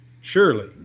surely